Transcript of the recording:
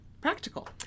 practical